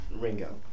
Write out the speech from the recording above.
Ringo